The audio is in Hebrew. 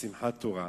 בשמחת תורה,